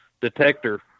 detector